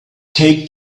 take